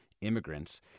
Immigrants